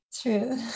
True